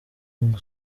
ngo